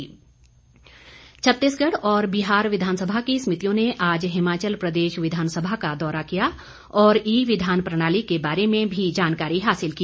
विधानसभा छत्तीसगढ़ और बिहार विधानसभा की समितियों ने आज हिमाचल प्रदेश विधानसभा का दौरा किया और ई विधान प्रणाली के बारे में भी जानकारी हासिल की